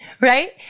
Right